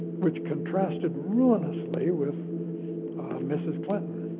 which contrasted ruinously with mrs. clinton,